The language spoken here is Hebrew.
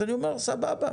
אז אני אומר: סבבה,